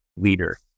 leader